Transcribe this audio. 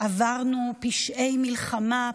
עברנו פשעי מלחמה,